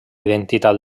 identitat